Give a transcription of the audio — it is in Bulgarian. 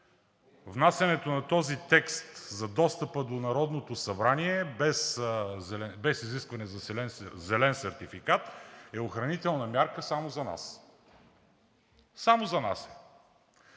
Внасянето на този текст за достъпа до Народното събрание без изискване за зелен сертификат е охранителна мярка само за нас. Само за нас!